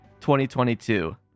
2022